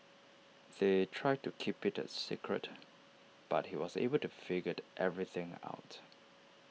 they tried to keep IT A secret but he was able to figured everything out